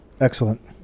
excellent